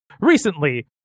recently